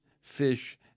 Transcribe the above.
fish